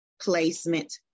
Placement